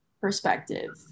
perspective